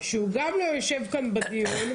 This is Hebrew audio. שהוא גם לא יושב כאן בדיון,